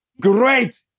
Great